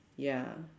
ya